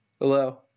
Hello